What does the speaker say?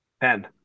Ten